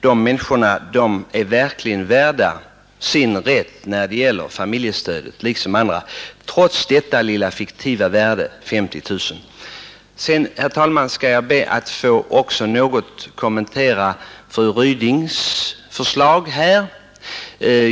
De människorna är verkligen, liksom andra, värda sin rätt till familjestöd, trots detta lilla fiktiva värde på 50 000 kronor. Sedan, herr talman, skall jag också be att något få kommentera fru Rydings förslag.